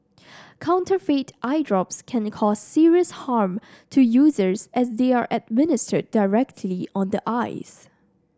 counterfeit eye drops can cause serious harm to users as they are administered directly on the eyes